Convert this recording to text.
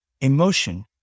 emotion